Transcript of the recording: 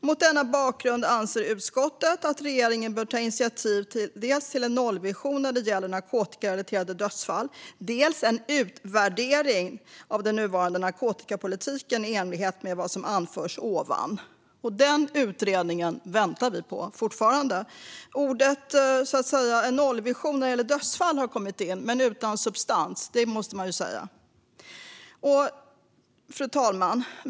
- Mot denna bakgrund anser utskottet att regeringen bör ta initiativ till dels en nollvision när det gäller narkotikarelaterade dödsfall, dels en utvärdering av den nuvarande narkotikapolitiken i enlighet med vad som anförs ovan." Den utredningen väntar vi fortfarande på. Det här med nollvision när det gäller dödsfall har kommit in - dock utan substans, måste man säga. Fru talman!